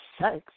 sex